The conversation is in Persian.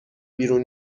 بیرون